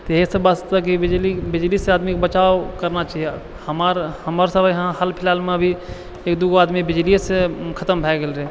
तऽ इहे सभ वास्ते कि बिजली बिजलीसँ आदमीके बचाओ करना चाहीये हमर हमर सभ इहाँ हालफिलहालमे एक दूगो आदमी बिजलियेसँ खतम भए गेल रहै